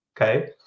Okay